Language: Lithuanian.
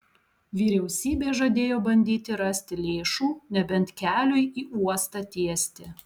vyriausybė žadėjo bandyti rasti lėšų nebent keliui į uostą tiesti